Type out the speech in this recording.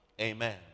Amen